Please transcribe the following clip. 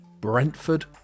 Brentford